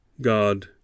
God